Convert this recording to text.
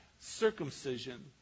circumcision